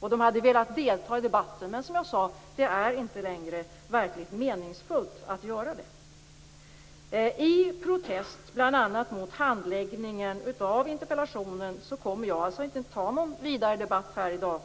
De hade velat delta i debatten, men som jag sade är det inte längre verkligt meningsfullt att göra det. I protest mot bl.a. handläggningen av interpellationen kommer jag inte att ta någon vidare debatt här i dag.